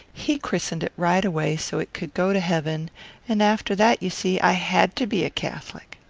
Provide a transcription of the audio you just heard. he christened it right away, so it could go to heaven and after that, you see, i had to be a catholic.